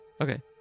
Okay